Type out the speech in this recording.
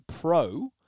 Pro